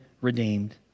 redeemed